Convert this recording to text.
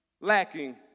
lacking